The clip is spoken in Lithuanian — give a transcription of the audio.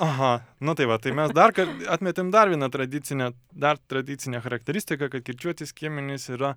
aha nu tai va tai mes dar atmetėm dar vieną tradicinę dar tradicinę charakteristiką kad kirčiuoti skiemenys yra